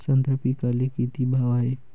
संत्रा पिकाले किती भाव हाये?